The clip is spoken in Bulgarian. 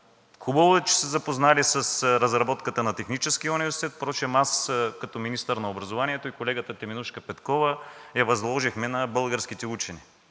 Хубаво е, че сте се запознали с разработката на Техническия университет. Впрочем, аз като министър на образованието и колегата Теменужка Петкова я възложихме на българските учени.